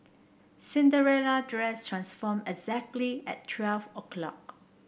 Cinderella dress transformed exactly at twelve o'clock